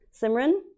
Simran